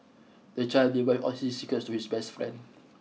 the child divulged all his secrets to his best friend